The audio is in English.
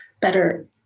better